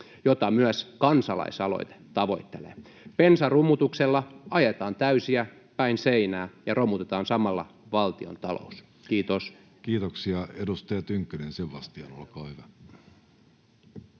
jota myös kansalaisaloite tavoittelee. Bensarummutuksella ajetaan täysiä päin seinää ja romutetaan samalla valtiontalous. — Kiitos. Kiitoksia. — Edustaja Tynkkynen, Sebastian, olkaa hyvä.